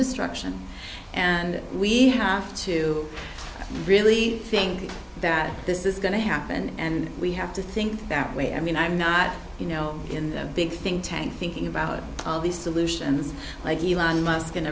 destruction and we have to really think that this is going to happen and we have to think that way i mean i'm not you know in that big think tank thinking about all these solutions like ilan must